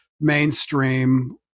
mainstream